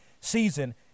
Season